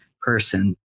person